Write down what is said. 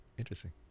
interesting